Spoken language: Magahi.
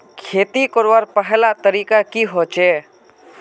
खेती करवार पहला तरीका की होचए?